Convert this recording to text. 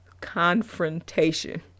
confrontation